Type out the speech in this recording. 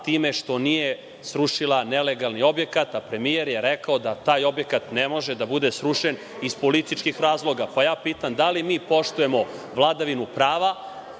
time što nije srušila nelegalni objekat, a premijer je rekao da taj objekat ne može da bude srušen iz političkih razloga, pa ja pitam da li mi poštujemo vladavinu prava,